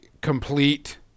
complete